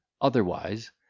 Otherwise